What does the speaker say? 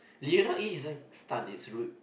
do you know E isn't stun is rude